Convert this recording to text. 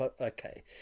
okay